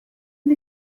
and